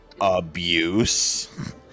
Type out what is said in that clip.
abuse